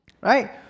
Right